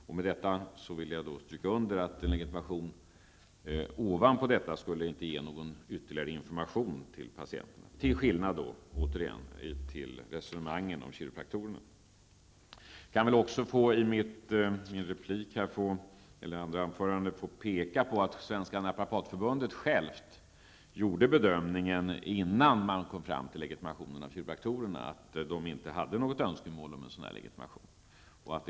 Och med detta vill jag stryka under att en legitimation ovanpå detta inte skulle ge någon ytterligare information till patienterna, till skillnad från när det gäller resonemangen om kiropraktorerna. Jag kan också peka på att Svenska naprapatförbundet självt, innan man kom fram till legitimation av kiropraktorerna, inte hade något önskemål om en sådan legitimation för naprapaterna.